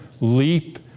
leap